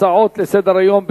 הצעות לסדר-היום מס'